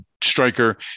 Striker